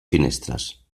finestres